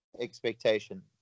expectation